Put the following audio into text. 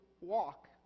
walk